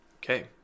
okay